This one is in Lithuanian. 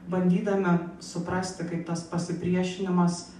bandydami suprasti kaip tas pasipriešinimas